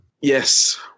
Yes